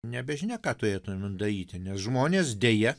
nebežinia ką turėtumėm daryti nes žmonės deja